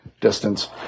distance